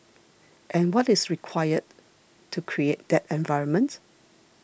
and what is required to create that environment